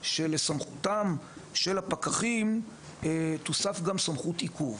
היא שלסמכותם של הפקחים תתווסף גם סמכות עיכוב.